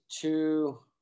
two